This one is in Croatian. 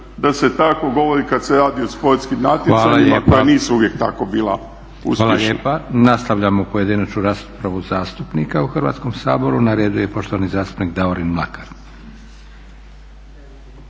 da se tako govori kad se radi o sportskim natjecanjima koja nisu uvijek tako bila uspješna. **Leko, Josip (SDP)** Hvala lijepa. Nastavljamo pojedinačnu raspravu zastupnika u Hrvatskom saboru. Na redu je poštovani zastupnik Davorin Mlakar.